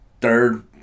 third